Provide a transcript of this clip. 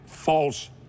false